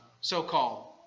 so-called